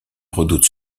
redoute